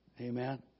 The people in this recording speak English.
Amen